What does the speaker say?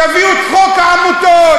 תביאו את חוק העמותות,